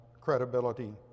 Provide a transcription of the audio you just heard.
credibility